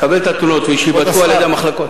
לקבל את התלונות ושייבדקו על-ידי המחלקות,